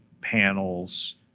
panels